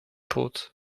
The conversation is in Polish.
płuc